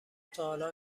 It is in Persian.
تاحالا